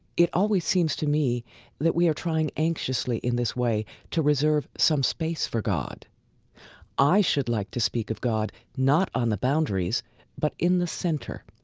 it always seems to me that we are trying anxiously in this way to reserve some space for god i should like to speak of god not on the boundaries but in the center,